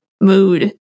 mood